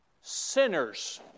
sinners